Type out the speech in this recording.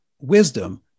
wisdom